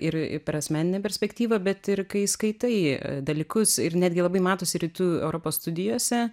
ir per asmeninę perspektyvą bet ir kai skaitai dalykus ir netgi labai matosi rytų europos studijose